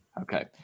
Okay